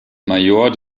major